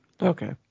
Okay